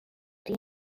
dean